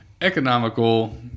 economical